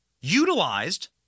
utilized